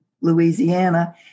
Louisiana